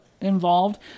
involved